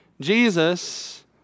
Jesus